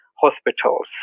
hospitals